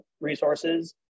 resources